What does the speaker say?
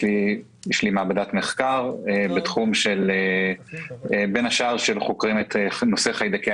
יש לי מעבדת מחקר ובין השאר אנחנו חוקרים את נושא חיידקי